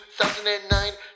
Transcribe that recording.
2009